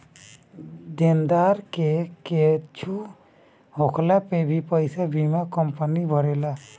देनदार के कुछु होखला पे पईसा बीमा कंपनी भरेला